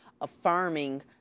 affirming